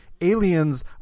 aliens